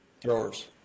throwers